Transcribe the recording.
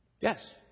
Yes